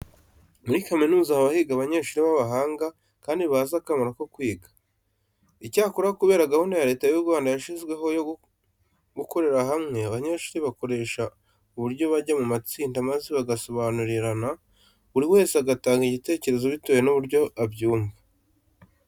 Muri kaminuza haba higa abanyeshuri b'abahanga kandi bazi akamaro ko kwiga. Icyakora kubera gahunda Leta y'u Rwanda yashyizeho yo gukorera hamwe, abanyeshuri bakoresha ubu buryo bajya mu matsinda maze bagasobanurirana buri wese agatanga igitekerezo bitewe n'uburyo abyumva.